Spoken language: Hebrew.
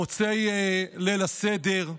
מוצאי ליל הסדר,